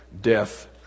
death